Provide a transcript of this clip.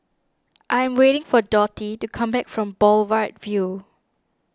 I am waiting for Dotty to come back from Boulevard Vue